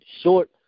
short